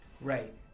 right